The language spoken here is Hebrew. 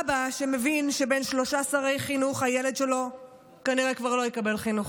אבא שמבין שבין שלושה שרי חינוך הילד שלו כנראה כבר לא יקבל חינוך,